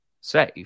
safe